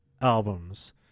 albums